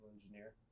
engineer